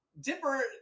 Dipper